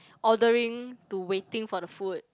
ordering to waiting for the food